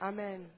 Amen